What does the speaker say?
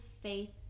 faith